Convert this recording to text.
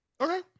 Okay